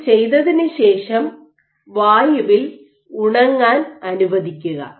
ഇത് ചെയ്തതിന് ശേഷം വായുവിൽ ഉണങ്ങാൻ അനുവദിക്കുക